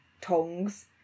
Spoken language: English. tongs